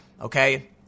Okay